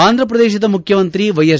ಆಂಧಪ್ರದೇಶದ ಮುಖ್ಯಮಂತ್ರಿ ವ್ಯೆಎಸ್